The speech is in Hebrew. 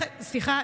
סליחה,